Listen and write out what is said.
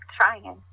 trying